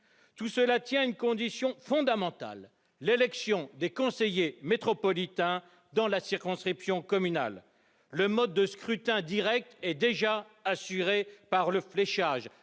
repose sur une condition fondamentale : l'élection des conseillers métropolitains dans la circonscription communale. Le mode de scrutin direct est déjà assuré par le fléchage,